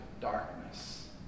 darkness